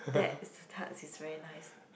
that is a tarts is very nice